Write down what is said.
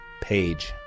Page